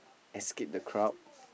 escape the crowd